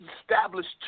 established